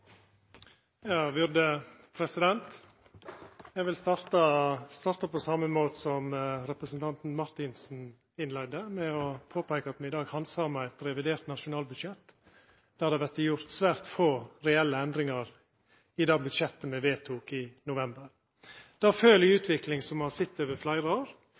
same måte som representanten Marthinsen innleidde, med å påpeika at me i dag handsamar eit revidert nasjonalbudsjett, der det er vorte gjort svært få reelle endringar i det budsjettet me vedtok i november. Det følgjer ei utvikling som me har sett over fleire år: